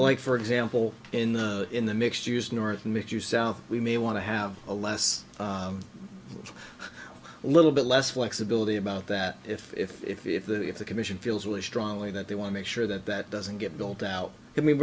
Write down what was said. like for example in the in the mixed use north mixed use south we may want to have a less a little bit less flexibility about that if if if the if the commission feels really strongly that they want to make sure that that doesn't get built out i mean